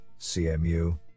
CMU